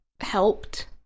helped